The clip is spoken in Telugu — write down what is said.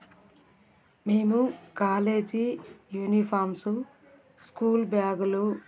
మేము కాలేజీ యూనిఫామ్సు స్కూల్ బ్యాగులు